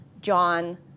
John